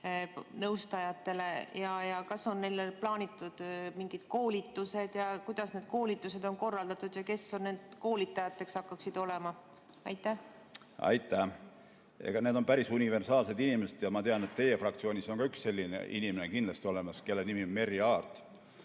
nõustajatele. Ja kas on plaanitud mingid koolitused? Kuidas need koolitused on korraldatud? Ja kes need koolitajad hakkaksid olema? Aitäh! Need on päris universaalseid inimesed, ja ma tean, et teie fraktsioonis on ka üks selline inimene kindlasti olemas, tema nimi on Merry Aart.